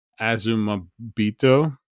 Azumabito